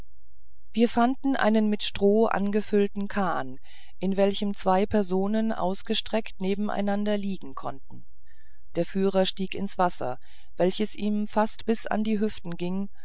wir fanden einen mit stroh angefüllten kahn in welchem zwei personen ausgestreckt nebeneinander liegen konnten der führer stieg ins wasser welches ihm fast bis an die hüfte ging